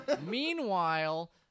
Meanwhile